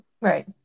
right